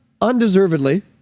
undeservedly